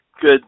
good